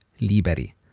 Liberi